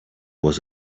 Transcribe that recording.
was